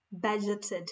budgeted